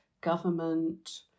government